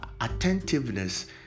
attentiveness